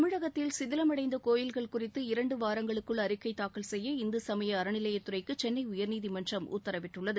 தமிழகத்தில் சிதிலமடைந்த கோயில்கள் குறித்து இரண்டு வாரங்களுக்குள் அறிக்கை தாக்கல் செய்ய இந்து சுமய அறநிலையத்துறைக்கு சென்னை உயர்நீதிமன்றம் உத்தரவிட்டுள்ளது